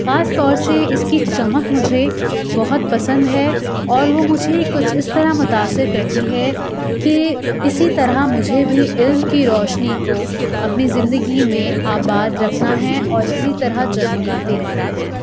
خاص طور سے اس کی چمک مجھے بہت پسند ہے اور وہ مجھے کچھ اس طرح متاثر کرتی ہے کہ اسی طرح مجھے بھی علم کی روشنی کو اپنی زندگی میں آباد رکھنا ہے اور اسی طرح جگمگاتے رہنا ہے